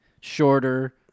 shorter